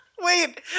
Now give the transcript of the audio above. Wait